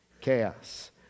chaos